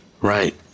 Right